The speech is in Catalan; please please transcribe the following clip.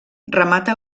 remata